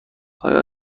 آیا